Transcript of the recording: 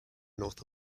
north